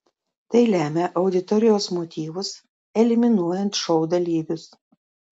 tai lemia auditorijos motyvus eliminuojant šou dalyvius